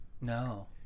No